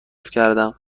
کردم